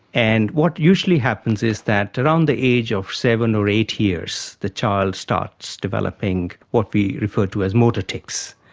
and what usually happens is that around the age of seven or eight years the child starts developing what we refer to as motor tics.